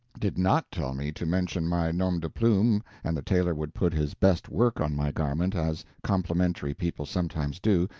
did not tell me to mention my nom de plume and the tailor would put his best work on my garment, as complimentary people sometimes do,